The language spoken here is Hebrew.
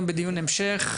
המשך,